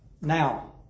Now